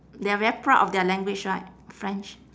they are very proud of their language right french